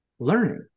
Learning